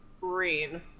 green